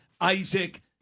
Isaac